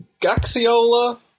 Gaxiola